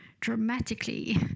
Dramatically